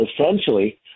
essentially